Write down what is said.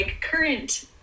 current